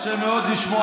קשה מאוד לשמוע את האמת.